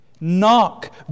Knock